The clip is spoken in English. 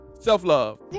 Self-love